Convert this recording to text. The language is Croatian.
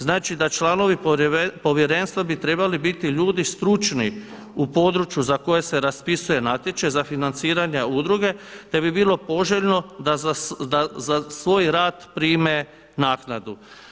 Znači da članovi povjerenstva bi trebali biti ljudi stručni u području za koje se raspisuje natječaj za financiranje udruge, te bi bilo poželjno da svoj rad prime naknadu.